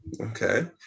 Okay